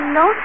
no